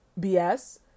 BS